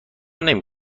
نمی